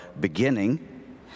beginning